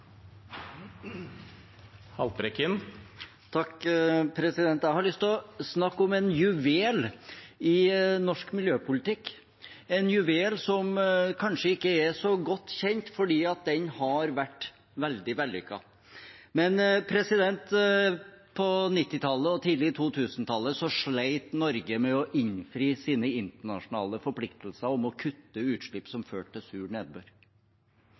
Jeg har lyst til å snakke om en juvel i norsk miljøpolitikk, en juvel som kanskje ikke er så godt kjent, for den har vært veldig vellykket. På 1990-tallet og tidlig 2000-tall slet Norge med å innfri sine internasjonale forpliktelser om å kutte utslipp som førte til sur nedbør.